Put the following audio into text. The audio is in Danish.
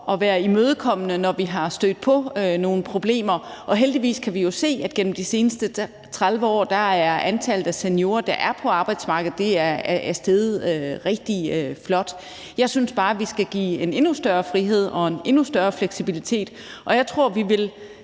at være imødekommende, når vi er stødt på nogle problemer. Heldigvis kan vi jo se, at gennem de seneste 30 år er antallet af seniorer, der er på arbejdsmarkedet, steget rigtig flot. Jeg synes bare, at vi skal give en endnu større frihed og en endnu større fleksibilitet. Og jeg tror, at vi